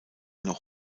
noch